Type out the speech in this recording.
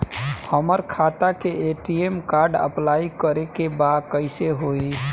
हमार खाता के ए.टी.एम कार्ड अप्लाई करे के बा कैसे होई?